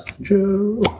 Joe